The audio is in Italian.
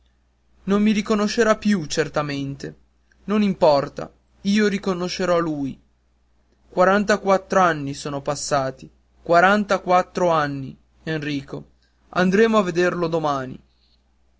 non mi riconoscerà più certamente non importa io riconoscerò lui quarantaquattro anni son passati quarantaquattro anni enrico andremo a vederlo domani